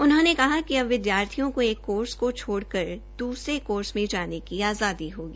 उन्होंने कहा कि अब विदयार्थियों को एक कोर्स को छोड़कर दूसरे कोर्स में जाने की आज़ादी होगी